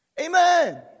Amen